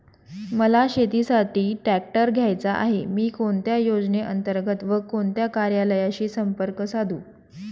मला शेतीसाठी ट्रॅक्टर घ्यायचा आहे, मी कोणत्या योजने अंतर्गत व कोणत्या कार्यालयाशी संपर्क साधू?